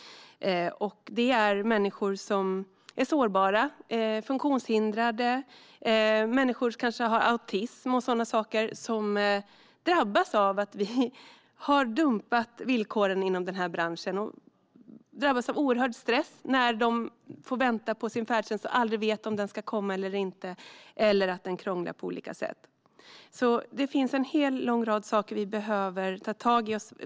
Det är människor som är sårbara - funktionshindrade och människor som kanske har till exempel autism - och som har drabbats av att vi har dumpat villkoren inom denna bransch. De drabbas av oerhörd stress när de får vänta på sin färdtjänst och aldrig vet om den ska komma eller inte, eller när den krånglar på olika sätt. De finns alltså en lång rad saker vi behöver ta tag i.